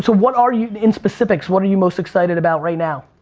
so what are you, in specifics, what are you most excited about right now?